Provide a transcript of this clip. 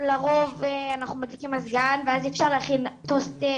לרוב אנחנו מדליקים מזגן ואז אי אפשר להכין טוסט,